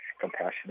compassionate